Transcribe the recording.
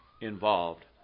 involved